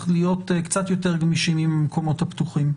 להיות קצת יותר גמישים עם המקומות הפתוחים.